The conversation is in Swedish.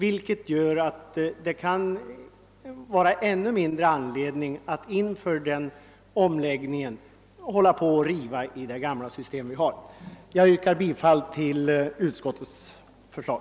Inför den omläggningen är det ännu mindre anledning att riva i det gamla systemet. Herr talman! Jag yrkar bifall till utskottets hemställan.